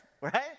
right